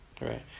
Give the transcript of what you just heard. right